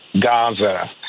Gaza